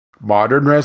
modern